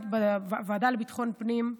בוועדה לביטחון פנים,